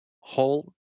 whole